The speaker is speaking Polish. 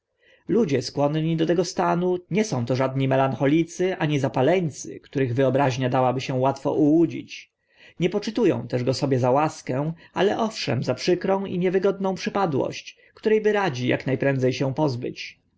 ludzie skłonni do tego stanu nie są to żadni melancholicy ani zapaleńcy których wyobraźnia dałaby się łatwo ułudzie nie poczytu ą też go sobie za łaskę ale owszem za przykrą i niewygodną przypadłość które by radzi ak na prędze się pozbyć